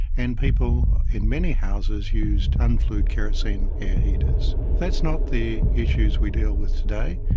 and people in many houses used un-flued kerosene heaters. that's not the issues we deal with today.